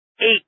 Eight